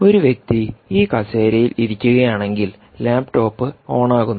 ഒരു വ്യക്തി ഈ കസേരയിൽ ഇരിക്കുകയാണെങ്കിൽ ലാപ്ടോപ്പ് ഓൺ ആകുന്നു